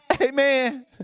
Amen